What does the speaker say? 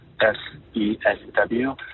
S-E-S-W